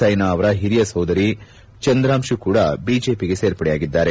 ಸ್ಟೆನಾ ಅವರ ಹಿರಿಯ ಸೋದರಿ ಚಂದ್ರಾಂಶು ಕೂಡಾ ಬಿಜೆಪಿಗೆ ಸೇರ್ಪಡೆಯಾಗಿದ್ದಾರೆ